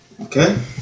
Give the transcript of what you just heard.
Okay